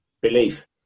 belief